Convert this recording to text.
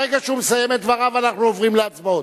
ברגע שהוא מסיים את דבריו, אנחנו עוברים להצבעות.